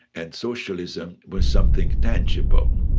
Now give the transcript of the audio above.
and socialism was something tangible.